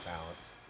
talents